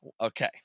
Okay